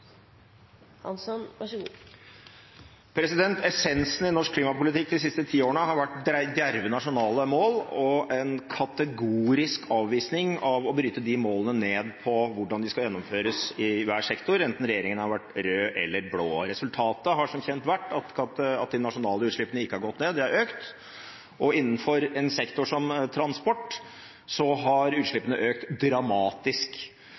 Essensen i norsk klimapolitikk de siste ti årene har vært djerve nasjonale mål og en kategorisk avvisning av å bryte de målene ned på hvordan de skal gjennomføres i hver sektor, enten regjeringen har vært rød eller blå. Resultatet har som kjent vært at de nasjonale utslippene ikke har gått ned, de har økt, og innenfor en sektor som transport har utslippene økt dramatisk.